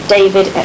David